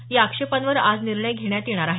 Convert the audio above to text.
या आक्षेपांवर आज निर्णय घेण्यात येणार आहे